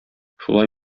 шулай